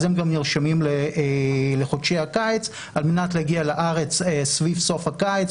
אז הם גם נרשמים לחודשי הקיץ על מנת להגיע לארץ סביב סוף הקיץ,